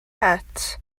het